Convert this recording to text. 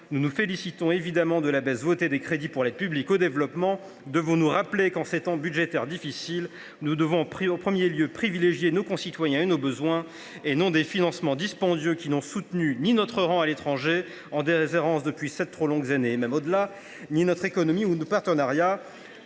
Nous nous félicitons évidemment de la baisse des crédits pour l’aide publique au développement. Faut il rappeler que, en ces temps budgétaires difficiles, nous devons en premier lieu privilégier nos concitoyens et nos besoins, et non des financements dispendieux qui n’ont soutenu ni notre rang à l’étranger, en déshérence depuis sept trop longues années, voire davantage, ni notre économie ou nos partenariats